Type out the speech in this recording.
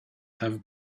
have